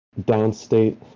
downstate